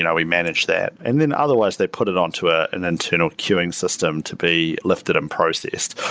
and we manage that. and then otherwise they put it on to ah an internal queuing system to be lifted and processed.